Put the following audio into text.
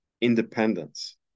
independence